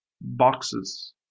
boxes